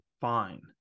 fine